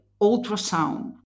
ultrasound